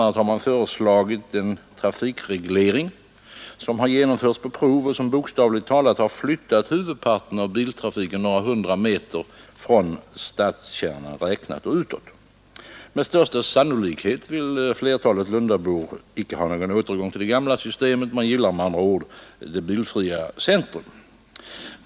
a. har man föreslagit en trafikreglering, som genomförts på prov och som bokstavligt talat har flyttat huvudparten av biltrafiken några hundra meter utåt från stadskärnan räknat. Med största sannolikhet vill flertalet Lundabor inte ha någon återgång till det gamla systemet. Man gillar med andra ord ett bilfritt centrum.